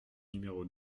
numéro